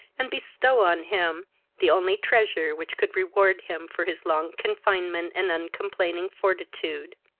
and bestow on him the only treasure which could reward him for his long confinement and uncomplaining fortitude.